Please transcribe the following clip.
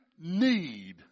need